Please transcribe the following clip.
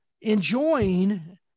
enjoying